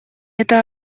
это